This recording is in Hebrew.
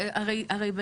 הרי,